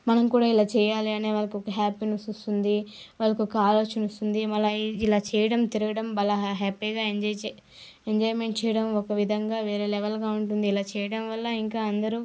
మనం కూడా ఇలా చెయ్యాలి అని వాళ్లకు ఒక హ్యాపీనెస్ వస్తుంది వాళ్లకొక ఆలోచన వస్తుంది మళ్ళీ ఇది ఇలా చేయడం తిరగడం వల్ల హ్యాపీగా ఎంజాయ్ చేసి ఎంజాయ్మెంట్ చేయడం ఒక విధంగా వేరే లెవెల్గా ఉంటుంది ఇలా చేయడం వల్ల ఇంకా అందరూ